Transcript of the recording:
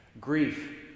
Grief